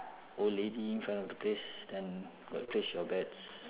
old lady in front of the place then got place your bets